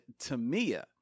Tamia